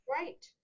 Right